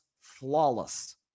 flawless